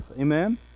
amen